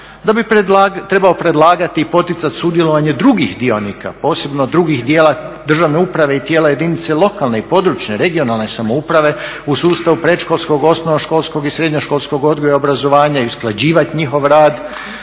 da bi trebalo predlagati i poticati sudjelovanje drugih dionika, posebnih drugih tijela državne uprave i tijela jedinice lokalne i područne (regionalne) samouprave u sustavu predškolskog, osnovnoškolskog i srednjoškolskog odgoja i obrazovanja i usklađivati njihov rad.